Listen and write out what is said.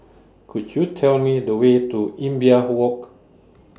Could YOU Tell Me The Way to Imbiah Walk